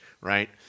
right